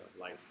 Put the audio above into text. life